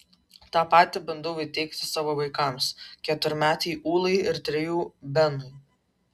tą patį bandau įteigti savo vaikams keturmetei ūlai ir trejų benui